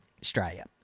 Australia